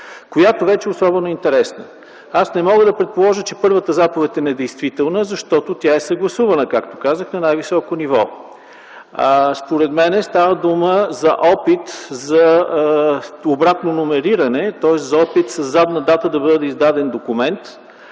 която вече е особено интересна. Аз не мога да предположа, че първата заповед е недействителна, защото тя е съгласувана, както казах, на най-високо ниво. Според мен става дума за опит за обратно номериране, тоест за опит със задна дата да бъде издаден документ,